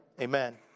amen